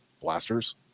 blasters